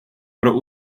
pro